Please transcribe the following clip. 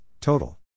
total